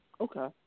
Okay